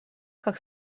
как